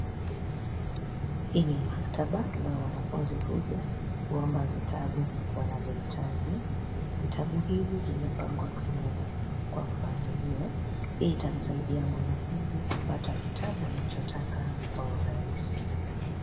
Hii ni maktaba ambayo wanafunza huja kuomba vitabu wanazohitaji. Vitabu hivi vimepangwa kwenye rafu kwa mpangilio, hii itasaidia mwanafunzi kupata kitabu anachotaka kwa urahisi.